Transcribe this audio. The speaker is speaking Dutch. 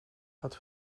had